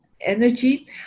energy